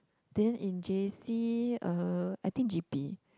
then in J_C uh I think G_P